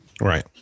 Right